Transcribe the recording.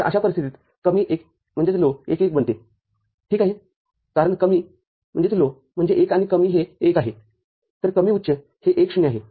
तरअशा परिस्थितीतकमी १ १ बनते ठीक आहेकारण कमी म्हणजे १ आणि कमी हे १ आहे तरकमी उच्च हे १ ० आहे